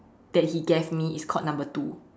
that he gave me is called number two